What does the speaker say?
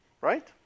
Right